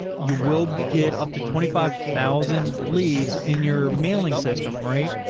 you will get up to twenty five thousand leads in your mailing system, right.